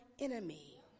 enemy